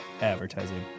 advertising